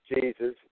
Jesus